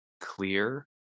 clear